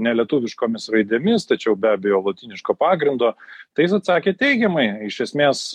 nelietuviškomis raidėmis tačiau be abejo lotyniško pagrindo tai jis atsakė teigiamai iš esmės